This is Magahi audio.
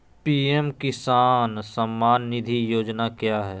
पी.एम किसान सम्मान निधि योजना क्या है?